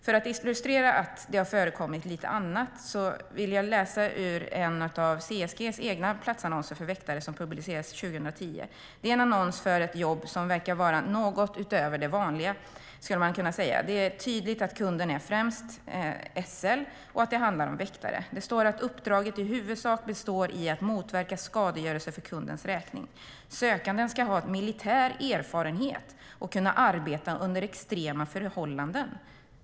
För att illustrera att lite annat har förekommit vill jag läsa ur en av CSG:s platsannonser för väktare. Den publicerades 2010 och är en annons för ett jobb som verkar vara något utöver det vanliga, skulle man kunna säga. Det är tydligt att kunden främst är SL och att det handlar om väktararbete, och det står att uppdraget i huvudsak består i att motverka skadegörelse för kundens räkning. Sökanden ska ha militär erfarenhet och kunna arbeta under extrema förhållanden.